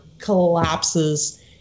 Collapses